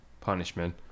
punishment